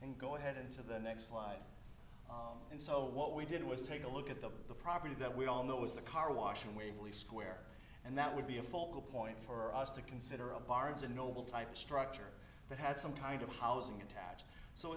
and go ahead into the next life and so what we did was take a look at the property that we all know was the car wash in waverly square and that would be a focal point for us to consider a barnes and noble type structure that had some kind of housing attached so